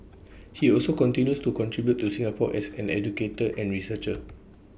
he also continues to contribute to Singapore as an educator and researcher